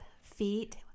feet